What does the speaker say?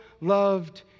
loved